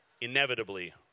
Inevitably